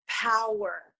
power